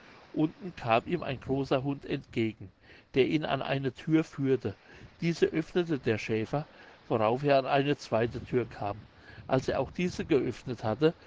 unten kam ihm ein großer hund entgegen der ihn an eine thür führte diese öffnete der schäfer worauf er an eine zweite thür kam als er auch diese geöffnet hatte